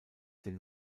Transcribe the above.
den